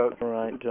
Right